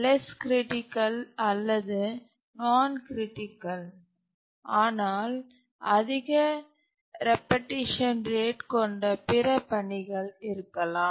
less critical அல்லது நான் critical ஆனால் அதிக ரெபெட்டிஷன் ரேட் கொண்ட பிற பணிகள் இருக்கலாம்